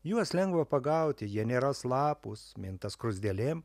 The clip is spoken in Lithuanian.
juos lengva pagauti jie nėra slapūs minta skruzdėlėm